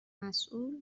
مسول